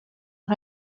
und